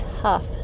tough